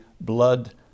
blood